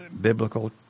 biblical